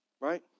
Right